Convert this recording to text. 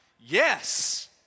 yes